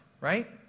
Right